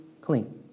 clean